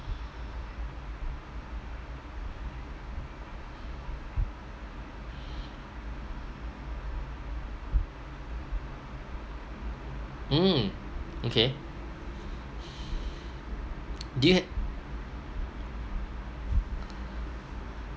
mm okay do you had